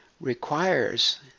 requires